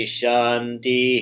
shanti